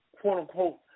quote-unquote